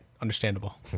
understandable